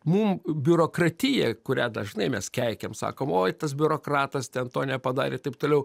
mum biurokratija kurią dažnai mes keikiam sakom oi tas biurokratas ten to nepadarė taip toliau